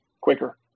quicker